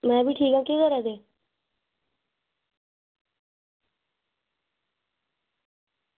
में बी ठीक आं केह् करा दे